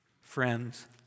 Friends